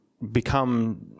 become